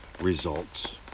results